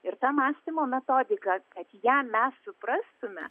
ir ta mąstymo metodika kad ją mes suprastume